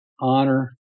honor